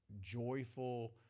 joyful